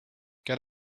get